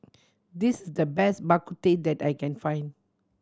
this is the best Bak Kut Teh that I can find